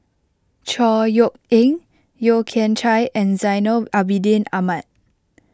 Chor Yeok Eng Yeo Kian Chai and Zainal Abidin Ahmad